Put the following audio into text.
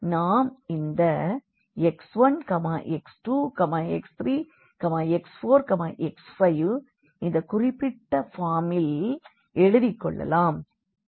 எனவே நாம் இந்த x1 x2 x3 x4 x5 இந்த குறிப்பிட்ட ஃபார்மில் எழுதிக்கொள்ளலாம்